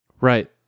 Right